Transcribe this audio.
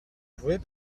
pouvez